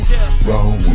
roll